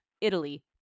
Italy